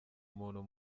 umuntu